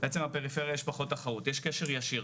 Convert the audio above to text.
בעצם הפריפריה יש פחות תחרות, יש קשר ישיר.